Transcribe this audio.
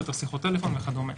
שיחות הטלפון וכדומה.